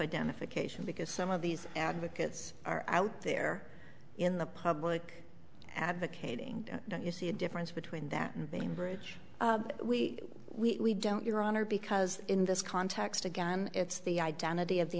identification because some of these advocates are out there in the public advocating don't you see a difference between that and the bridge we we don't your honor because in this context again it's the identity of the